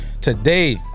Today